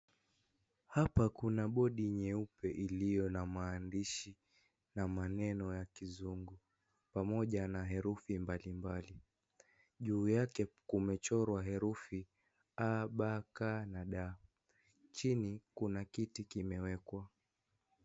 Hapa kuna bodi nyeupe iliyo na maandishi na maneno ya Kizungu, pamoja na herufi mbalimbali. Juu yake limechorwa herufi aa baa ghaa na daa. Chini kuna kiti kimewekwa.